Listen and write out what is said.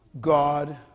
God